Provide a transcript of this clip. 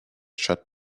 shut